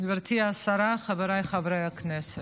גברתי השרה, חבריי חברי הכנסת,